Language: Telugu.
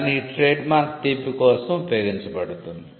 కానీ ఈ ట్రేడ్మార్క్ తీపి కోసం ఉపయోగించబడుతుంది